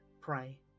pray